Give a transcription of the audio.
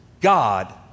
God